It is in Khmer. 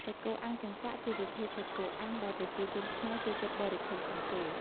សាច់់គោអាំងចង្កាក់ជាប្រភេទសាច់គោអាំងដែលប្រជាជនខ្មែរចូលចិត្តបរិភោគជាងគេ។